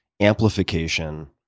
amplification